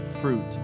fruit